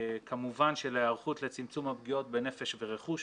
כמובן של היערכות לצמצום הפגיעות בנפש וברכוש